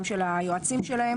גם של היועצים שלהם